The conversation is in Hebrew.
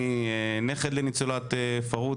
אני נכד לניצולת פרהוד,